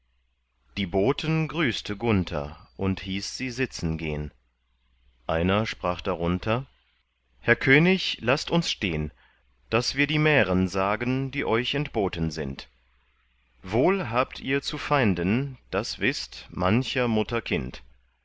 die boten grüßte gunther und hieß sie sitzen gehn einer sprach darunter herr könig laßt uns stehn daß wir die mären sagen die euch entboten sind wohl habt ihr zu feinden das wißt mancher mutter kind